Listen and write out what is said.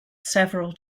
several